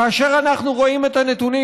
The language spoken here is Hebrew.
כאשר אנחנו רואים את הנתונים,